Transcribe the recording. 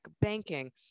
banking